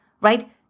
Right